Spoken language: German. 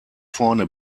vorne